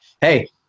hey